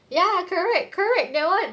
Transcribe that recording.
!yay! correct correct that one